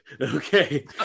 okay